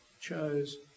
chose